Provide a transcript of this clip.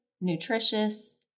nutritious